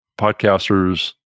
podcasters